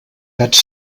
gats